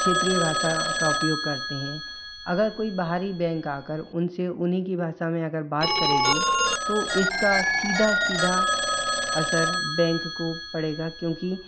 क्षेत्रीय भाषा का उपयोग करते हैं अगर कोई बाहरी बैंक आ कर उनसे उन्हीं की भाषा में अगर बात करेगी तो इसका सीधा सीधा असर बैंक को पड़ेगा क्योंकि